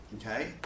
okay